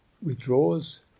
withdraws